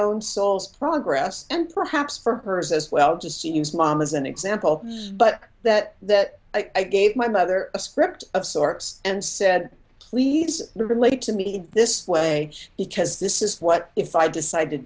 own souls progress and perhaps for hers as well just seems mom is an example but that i gave my mother a spirit of sorts and said please relate to me in this way because this is what if i decide to